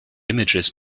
images